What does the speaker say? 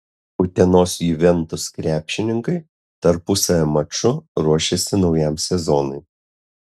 utenos juventus krepšininkai tarpusavio maču ruošiasi naujam sezonui